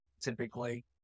typically